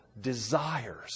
desires